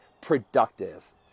productive